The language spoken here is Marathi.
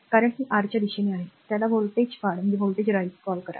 तर कारण ही दिशेने आहे व्होल्टेज वाढीस कॉल